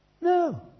No